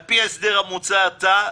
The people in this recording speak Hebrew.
על פי ההסדר המוצע עתה,